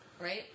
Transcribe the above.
Right